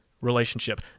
relationship